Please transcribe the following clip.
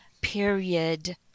period